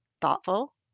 thoughtful